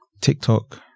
TikTok